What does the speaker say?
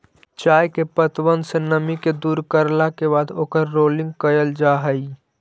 चाय के पत्तबन से नमी के दूर करला के बाद ओकर रोलिंग कयल जा हई